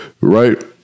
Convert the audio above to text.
right